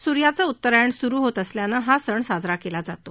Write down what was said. सुर्याचं उत्तरायण सुरु होत असल्यानं हा सण साजरा केला जातो